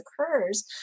occurs